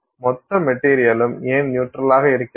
மொத்த மெட்டீரியலும் ஏன் நியூட்ரல் ஆக இருக்கிறது